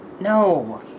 No